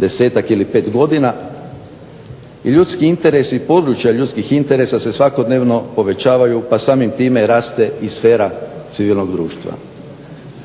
10-tak ili 5 godina i ljudski interesi i područja ljudskih interesa se svakodnevno povećavaju pa samim time raste i sfera civilnog društva.